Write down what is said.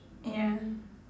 ya